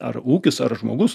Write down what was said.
ar ūkis ar žmogus